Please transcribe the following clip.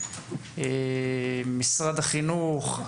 משרד החינוך,